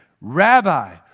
Rabbi